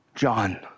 John